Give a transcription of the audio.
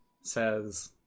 says